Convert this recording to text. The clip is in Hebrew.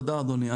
תודה אדוני,